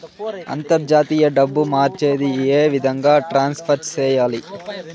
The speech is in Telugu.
అంతర్జాతీయ డబ్బు మార్చేది? ఏ విధంగా ట్రాన్స్ఫర్ సేయాలి?